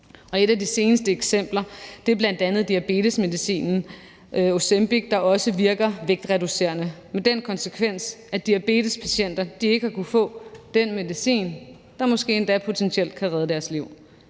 Et af de seneste eksempler er bl.a. diabetesmedicinen Ozempic, der også virker vægtreducerende, og konsekvensen har været, at diabetespatienter ikke har kunnet få den medicin, der måske endda potentielt kan redde deres liv,